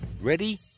Ready